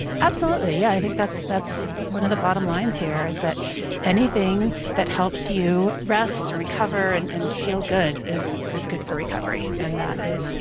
absolutely. yeah. i think that's that's one of the bottom lines here is that anything that helps you rest and recover and and feel good is is good for recovery. and that is